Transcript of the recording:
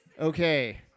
Okay